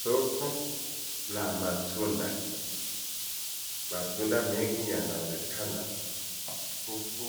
Soko la matunda. Matunda mengi yaonekana huku